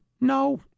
No